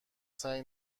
سعی